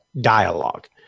dialogue